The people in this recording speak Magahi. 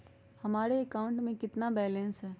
हमारे अकाउंट में कितना बैलेंस है?